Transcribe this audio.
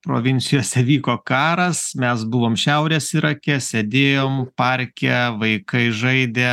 provincijose vyko karas mes buvom šiaurės irake sėdėjom parke vaikai žaidė